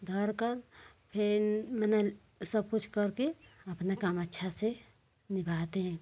धर का फिन मने सब कुछ करके अपना काम अच्छा से निभाते हैं